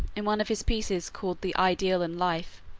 in one of his pieces called the ideal and life,